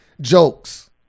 jokes